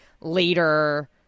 later